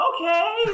okay